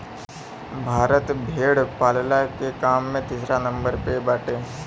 भारत भेड़ पालला के काम में तीसरा नंबर पे बाटे